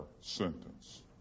sentence